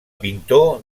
pintor